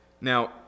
Now